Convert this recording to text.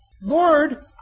Lord